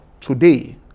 today